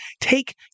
take